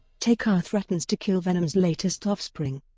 te-kar threatens to kill venom's latest offspring.